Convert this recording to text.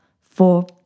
four